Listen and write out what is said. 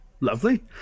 Lovely